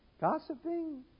Gossiping